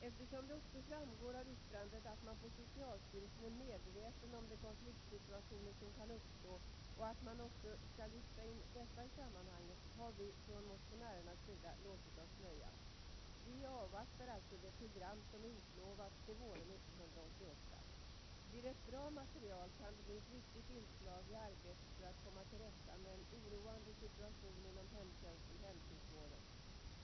Eftersom det också framgår av yttrandet att man på socialstyrelsen är medveten om de konfliktsituationer som kan uppstå och att man också skall lyfta in detta i sammanhanget, har vi från motionärernas sida låtit oss nöja. Vi avvaktar alltså det program som är utlovat till våren 1988. Blir det ett bra material, kan det bli ett viktigt inslag i arbetet för att komma till rätta med en oroande situation inom hemtjänsten/hemsjukvården.